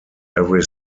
every